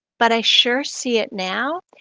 but i sure see it now.